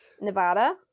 Nevada